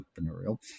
entrepreneurial